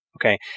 Okay